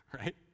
Right